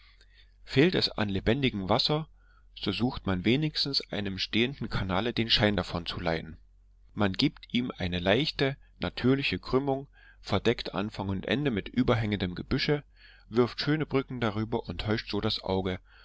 fehlt es an lebendigem wasser so sucht man wenigstens einem stehenden kanale den schein davon zu leihen man gibt ihm eine leichte natürliche krümmung verdeckt anfang und ende mit überhängendem gebüsche wirft schöne brücken darüber und täuscht so das auge